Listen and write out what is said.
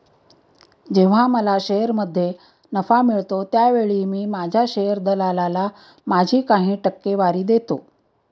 जेव्हा मला शेअरमध्ये नफा मिळतो त्यावेळी मी माझ्या शेअर दलालाला माझी काही टक्केवारी देतो